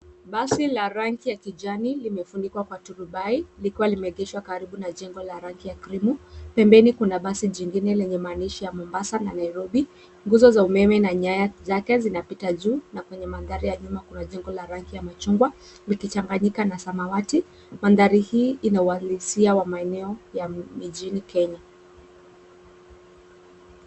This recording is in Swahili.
Basi la rangi ya kijani limefunikwa kwa turubai likiwa limeegeshwa karibu na jengo la rangi ya cream . Pembeni kuna basi jingine lenye maandishi ya Mombasa na Nairobi. Nguzo za umeme na nyaya zake zinapita juu na kwenye mandhari ya nyuma kuna jengo la rangi ya machungwa likichanganyika na samawati. Mandhari hii ina uhalisia wa maeneo ya mijini Kenya.